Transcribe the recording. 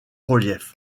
reliefs